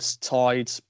tied